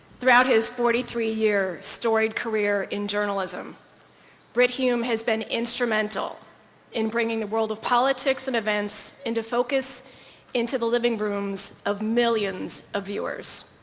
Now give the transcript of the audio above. throughout his forty three year story career in journalism britt hume has been instrumental in bringing the world of politics and events into focus into the living rooms of millions of viewers.